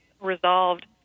resolved